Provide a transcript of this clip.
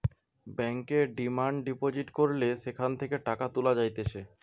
ব্যাংকে demand deposit করলে সেখান থেকে টাকা তুলা যাইতেছে